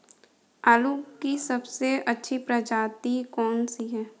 आलू की सबसे अच्छी प्रजाति कौन सी है?